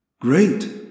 Great